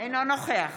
אינו נוכח